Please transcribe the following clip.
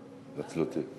התנצלותי.